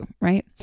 right